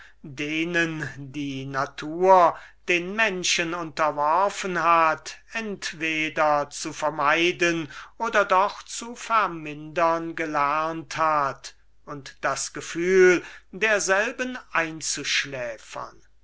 denen die natur den menschen unterworfen hat entweder zu vermeiden oder doch zu vermindern und das gefühl derselben einzuschläfern